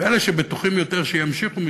ואלה שבטוחים יותר שימשיכו,